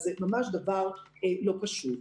זה דבר ממש לא פשוט.